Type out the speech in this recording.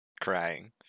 crying